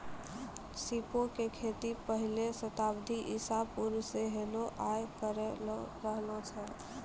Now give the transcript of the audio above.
सीपो के खेती पहिले शताब्दी ईसा पूर्वो से होलो आय रहलो छै